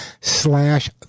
slash